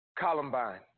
Columbine